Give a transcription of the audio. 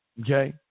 okay